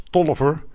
Tolliver